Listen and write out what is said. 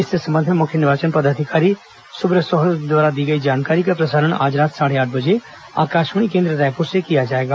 इस संबंध में मुख्य निर्वाचन पदाधिकारी सुब्रत साहू द्वारा दी गई जानकारी का प्रसारण आज रात साढ़े आठ बजे आकाशवाणी केन्द्र रायपुर से किया जाएगा